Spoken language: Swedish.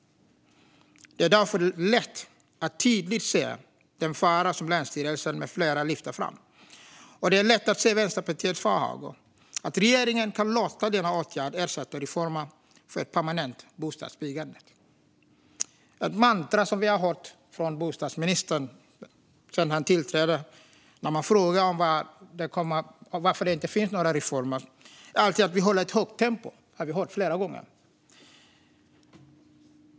Det är därför lätt att se den tydliga fara som länsstyrelserna med flera lyfter fram. Och det är lätt att se Vänsterpartiets farhågor att regeringen kan låta denna åtgärd ersätta reformer för ett permanent bostadsbyggande. Ett mantra som vi har hört från bostadsministern sedan han tillträdde, när han får frågan varför det inte sker några reformer, är "vi håller ett högt tempo". Det har vi hört flera gånger.